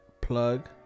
plug